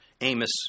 Amos